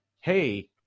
hey